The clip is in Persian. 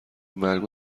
مرگ